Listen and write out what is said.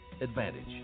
Advantage